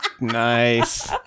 Nice